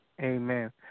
Amen